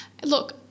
Look